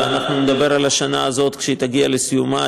ונדבר על השנה הזאת כשהיא תגיע לסיומה.